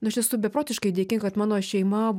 nu aš esu beprotiškai dėkinga kad mano šeima